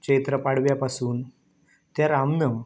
चैत्र पाडव्या पासून ते रामनम